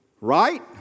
Right